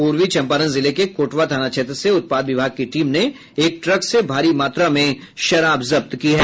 पूर्वी चंपारण जिले के कोटवा थाना क्षेत्र से उत्पाद विभाग की टीम ने एक ट्रक से भारी मात्रा में शराब जब्त की है